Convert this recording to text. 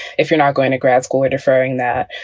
if you're not going to grad school or deferring that,